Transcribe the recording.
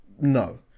No